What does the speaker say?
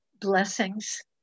blessings